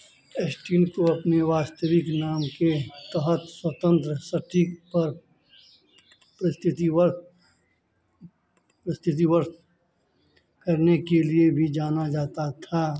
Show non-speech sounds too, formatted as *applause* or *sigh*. Stein को अपने वास्तविक नाम के तहत स्वतंत्र सटिक पर *unintelligible* करने के लिए भी जाना जाता था